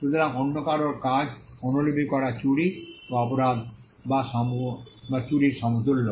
সুতরাং অন্য কারও কাজ অনুলিপি করা চুরি বা অপরাধ বা চুরির সমতুল্য